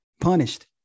punished